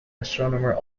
astronomer